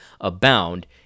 abound